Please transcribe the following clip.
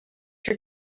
your